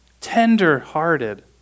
tender-hearted